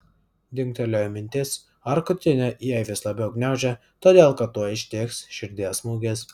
dingtelėjo mintis ar krūtinę jai vis labiau gniaužia todėl kad tuoj ištiks širdies smūgis